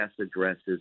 addresses